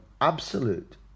absolute